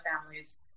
families